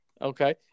Okay